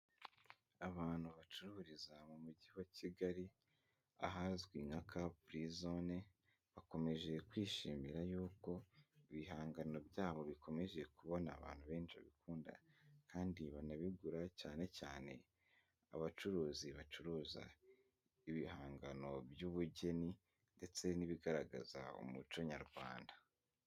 Abantu bacururiza mu mujyi wa Kigali ahazwi nka kafuri zone bakomeje kwishimira yuko ibihangano byaho bikomeje kubona abantu benshi babikunda kandi banabigura, cyane cyane abacuruzi bacuruza ibihangano by'ubugeni ndetse n'ibigaragaza umuco nyarwanda.